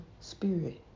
spirit